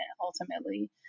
ultimately